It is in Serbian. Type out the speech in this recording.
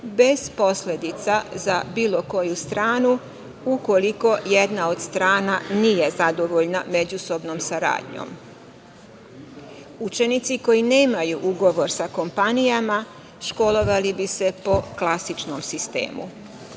bez posledica za bilo koju stranu, ukoliko jedna od strana nije zadovoljna međusobnom saradnjom. Učenici koji nemaju ugovor sa kompanijama, školovali bi se po klasičnom sistemu. Na